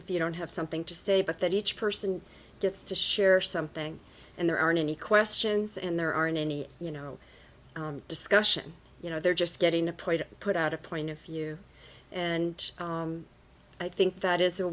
if you don't have something to say but that each person gets to share something and there aren't any questions and there aren't any you know discussion you know they're just getting a ploy to put out a point of view and i think that is a